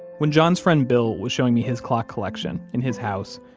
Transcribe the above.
when john's friend bill was showing me his clock collection in his house,